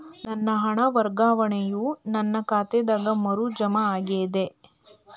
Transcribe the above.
ನನ್ನ ಹಣ ವರ್ಗಾವಣೆಯು ನನ್ನ ಖಾತೆಗೆ ಮರು ಜಮಾ ಆಗಿದೆ